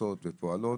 עושות ופועלות.